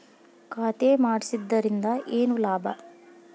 ಖಾತೆ ಮಾಡಿಸಿದ್ದರಿಂದ ಏನು ಲಾಭ?